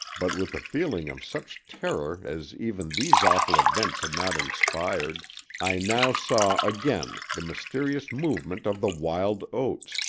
but with a feeling of such terror as even these awful events had not inspired i now saw again the mysterious movement of the wild oats,